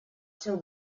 seu